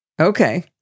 Okay